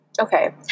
Okay